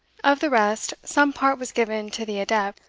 of the rest, some part was given to the adept,